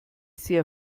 sehr